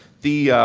the